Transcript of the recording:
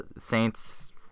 Saints